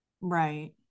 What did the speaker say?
Right